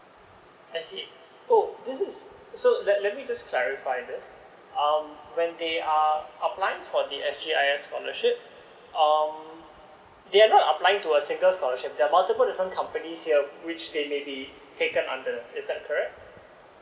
I see oh this is so let let me just clarify this um when they are applying for the s g i s scholarship um they are not applying to a single scholarship they are multiple different companies here which they may be taken under is that correct